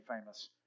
famous